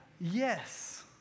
yes